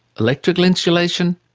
electrical insulation,